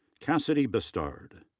cassidy bestard.